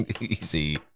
Easy